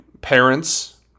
parents